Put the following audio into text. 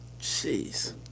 Jeez